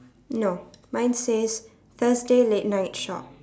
no mine says thursday late night shop